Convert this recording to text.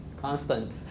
Constant